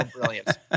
brilliant